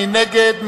מי נגד?